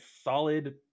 solid